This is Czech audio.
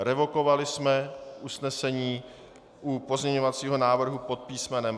Revokovali jsme usnesení u pozměňovacího návrhu pod písm.